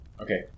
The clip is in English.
Okay